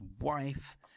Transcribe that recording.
wife